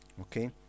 Okay